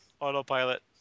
Autopilot